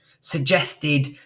suggested